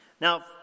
Now